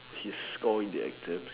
his score in the exams